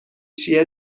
چیه